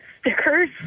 stickers